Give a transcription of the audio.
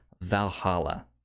Valhalla